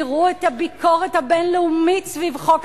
תראו את הביקורת הבין-לאומית סביב חוק